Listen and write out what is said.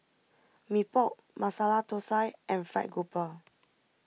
Mee Pok Masala Thosai and Fried Grouper